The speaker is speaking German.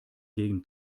gegen